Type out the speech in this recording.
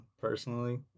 personally